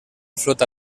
flota